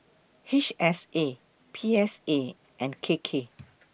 H S A P S A and K K